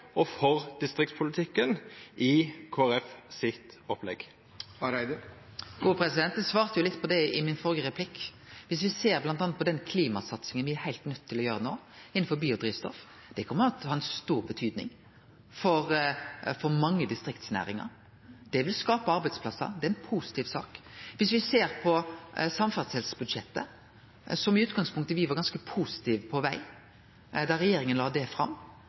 og for distriktspolitikken i Kristeleg Folkeparti sitt opplegg? Eg svarte litt på det i min førre replikk. Dersom me m.a. ser på den klimasatsinga me er heilt nøydde til å gjere no innan biodrivstoff, kjem ho til å ha stor betydning for mange distriktsnæringar. Det vil skape arbeidsplassar, det er ei positiv sak. Dersom me ser på samferdselsbudsjettet, der me i utgangspunktet var ganske positive på veg da regjeringa la det fram,